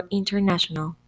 international